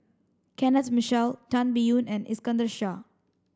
Kenneth Mitchell Tan Biyun and Iskandar Shah